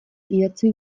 idatzi